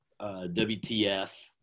wtf